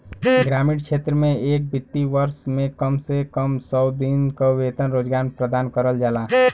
ग्रामीण क्षेत्र में एक वित्तीय वर्ष में कम से कम सौ दिन क वेतन रोजगार प्रदान करल जाला